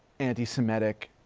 anti-semitic,